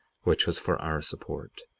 which was for our support.